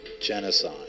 genocide